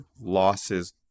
losses